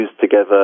together